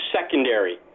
secondary